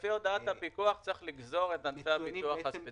לפי הודעת הפיקוח צריך לגזור את ענפי הביטוח הספציפיים.